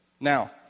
Now